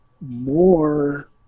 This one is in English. more